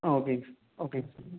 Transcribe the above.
ஆ ஓகேங்க சார் ஓகேங்க